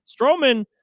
Strowman